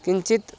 किञ्चित्